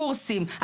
קורסים,